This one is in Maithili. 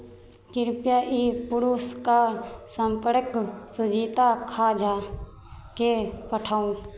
कृपया ई पुरुषके सम्पर्क सुजीता खाजाकेँ पठाउ